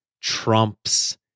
trumps